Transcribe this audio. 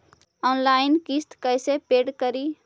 Online किस्त कैसे paid करि?